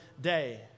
day